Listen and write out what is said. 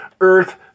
Earth